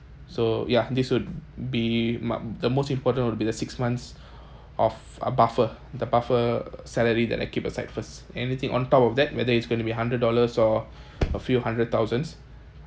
so ya this would be mig~ the most important would be the six months of a buffer the buffer salary that I keep aside first anything on top of that whether it's going to be hundred dollars or a few hundred thousands